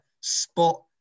spot